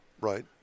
Right